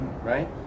right